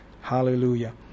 Hallelujah